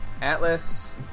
Atlas